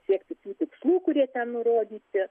siekti tų tikslų kurie ten nurodyti